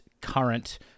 current